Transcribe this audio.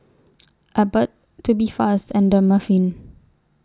Abbott Tubifast and Dermaveen